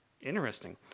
Interesting